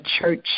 church